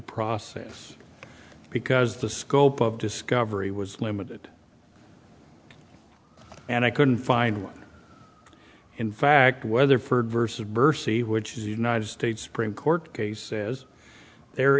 process because the scope of discovery was limited and i couldn't find one in fact weatherford versus bursey which is the united states supreme court case there